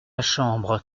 chambre